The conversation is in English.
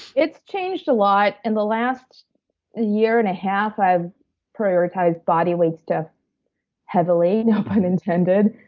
it's changed a lot. in the last year and half, i've prioritize bodyweights stuff heavily. no pun intended.